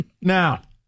Now